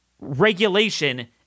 regulation